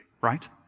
right